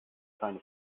keine